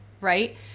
right